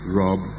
rob